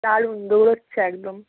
দারুণ দৌড়াচ্ছে একদম